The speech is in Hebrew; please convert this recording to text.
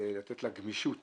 לתת לה גמישות